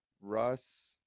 Russ